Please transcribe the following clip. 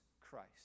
Christ